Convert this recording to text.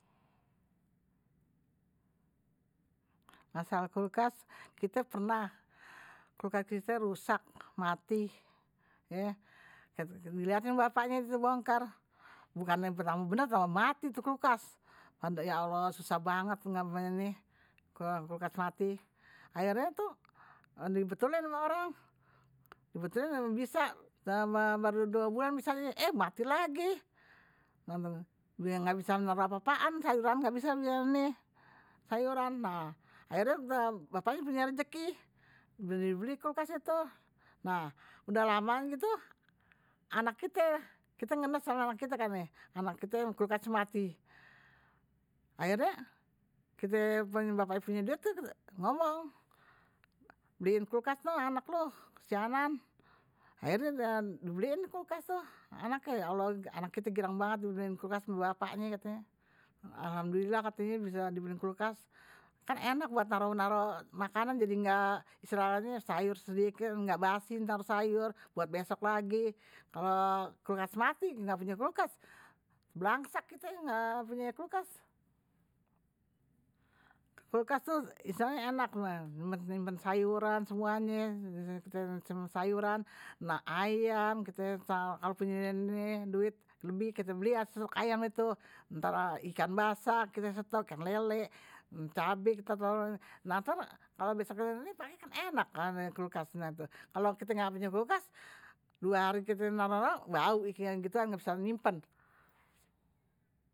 Masalah kulkas kite pernah kulkas kite rusak mati ye, dilihatin ama bapaknye dibongkar, bukannye tambah bener tambahan mati tuh kulkas, ya allah susah banget ga punya kulkas mati, akhirye tuh dibetulin ama orang, dibetulin bisa udah dua bulan bisanye eh mati lagi ga bisa naro apa apaan, sayuran nah akhirnye bapaknye punya rejeki, dibeli kulkas deh tuh, nah udah lamaan tuh anak kite, kite ngenes kan ye anak kite kan ye, anak kite kulkasnye mati, akhirnye kite bapaknye punya duit kite ngomong, beliin kulkas noh anak loe kesianan akhirnye dibeliin kuklas tuh. anaknye, ya allah anak kite girang banget dibeliin kulkas ama bapaknye, alhamdulillah katenye dibeliin kulkas, kan enak buat naro naro makanan, jadi ga istilahnye sayur sedikit engga basi ntar sayur, buat besok lagi, kalo kukas mati, ga punya kulkas keblangsak kite, ga punya kulkas, kulkas tuh istiahnye enak buat nyimpen sayuran semuanye nah ayam, kite kalo punya duit lebih kite beli deh tuh ayam dah tuh, ntar ikan basah ikan lele, cabe kite taro, nah ntar kan kalo besok pagi kan enak ada kulkas kalo kite ga punya kulkas dua hari kite naro naro bau ikan gituan kite ga bisa nyimpen.